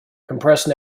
compressed